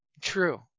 True